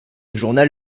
journal